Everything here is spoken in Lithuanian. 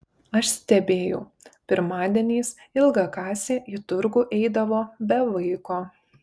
aš stebėjau pirmadieniais ilgakasė į turgų eidavo be vaiko